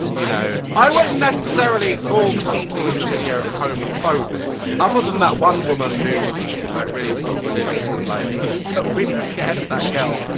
you know. i wouldn't necessarily call the people in the video homophobic. other than that one woman who was like really sort so of religious and like was really scared of that girl,